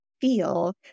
feel